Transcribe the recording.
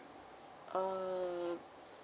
err